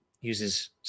uses